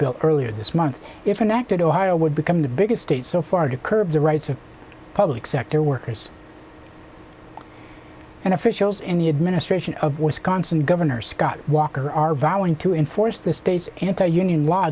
bill earlier this month if in fact ohio would become the biggest state so far to curb the rights of public sector workers and officials in the administration of wisconsin governor scott walker are vowing to enforce the state's anti union w